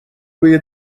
روی